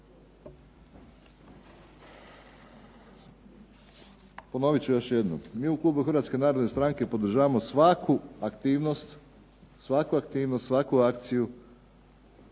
Ponovit ću još jednom. Mi u klubu Hrvatske narodne stranke podržavamo svaku aktivnost, svaku aktivnost, svaku akciju